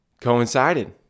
coincided